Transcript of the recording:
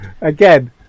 again